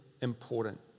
important